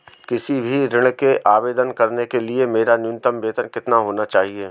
किसी भी ऋण के आवेदन करने के लिए मेरा न्यूनतम वेतन कितना होना चाहिए?